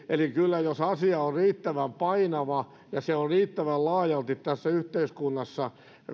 eli kyllä jos asia on riittävän painava ja se on riittävän laajalti tässä yhteiskunnassa